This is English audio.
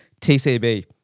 TCB